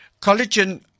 Collagen